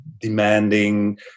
demanding